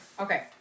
Okay